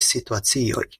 situacioj